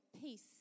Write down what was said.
peace